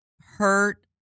hurt